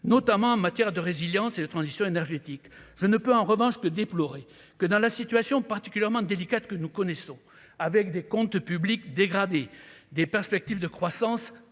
notamment en matière de résilience et la transition énergétique, je ne peux en revanche que déplorer que dans la situation particulièrement délicate que nous connaissons avec des comptes publics dégradés, des perspectives de croissance